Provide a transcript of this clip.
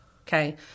Okay